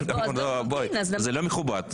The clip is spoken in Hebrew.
זה לא מכובד.